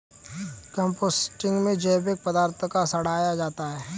composting में जैविक पदार्थ को सड़ाया जाता है